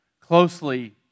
closely